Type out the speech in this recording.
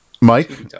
Mike